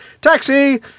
taxi